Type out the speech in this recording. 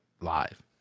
live